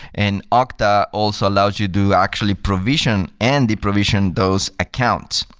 and okta also allows you to actually provision and de-provision those accounts.